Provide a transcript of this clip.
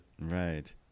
Right